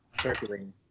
circulating